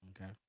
Okay